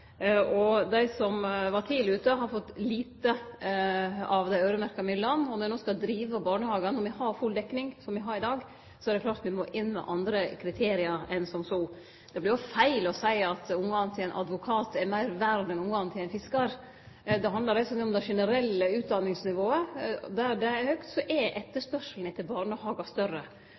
og dei som var tidleg ute, har fått lite av dei øyremerkte midlane. Når dei no skal drive barnehagane – når me har full dekning, som me har i dag – er det klart me må inn med andre kriterium enn som så. Det vert feil å seie at ungane til ein advokat er meir verd enn ungane til ein fiskar. Det handlar rett og slett om det generelle utdanningsnivået. Der det er høgt, er etterspørselen etter barnehagar større.